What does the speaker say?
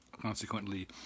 Consequently